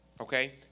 Okay